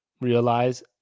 realize